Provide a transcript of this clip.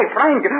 Frank